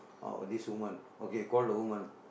oh this woman okay call the woman